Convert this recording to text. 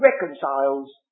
reconciles